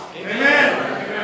Amen